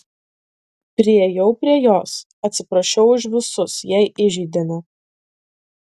priėjau prie jos atsiprašiau už visus jei įžeidėme